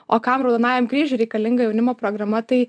o kam raudonajam kryžiui reikalinga jaunimo programa tai